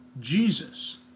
Jesus